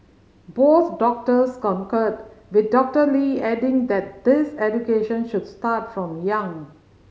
both doctors concurred with Doctor Lee adding that this education should start from young